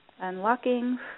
unlocking